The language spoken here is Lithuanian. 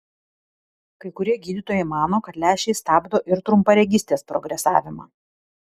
kai kurie gydytojai mano kad lęšiai stabdo ir trumparegystės progresavimą